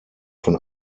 von